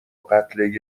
قتل